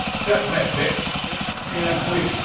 checkmate, bitch. see you next week.